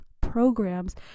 programs